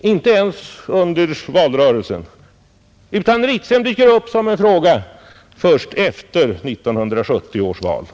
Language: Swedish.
inte ens under valrörelsen, utan Ritsem dyker upp som en fråga först efter 1970 års val.